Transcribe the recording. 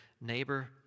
neighbor